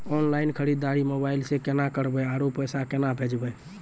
Online खरीददारी mobile से केना करबै, आरु पैसा केना भेजबै?